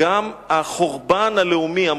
גם החורבן הלאומי.